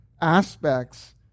aspects